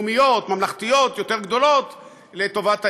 לאומיות, ממלכתיות, יותר גדולות לטובת העיר.